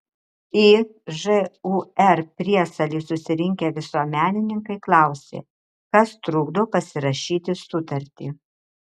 į žūr priesalį susirinkę visuomenininkai klausė kas trukdo pasirašyti sutartį